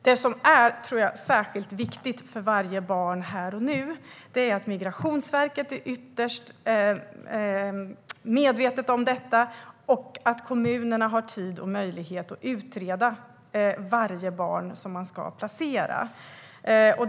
Det som är särskilt viktigt för varje barn här och nu är att Migrationsverket är ytterst medvetet om detta och att kommunerna ges tid och möjlighet att utreda varje barn som ska placeras.